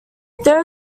there